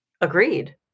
Agreed